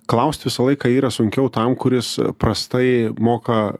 klaust visą laiką yra sunkiau tam kuris prastai moka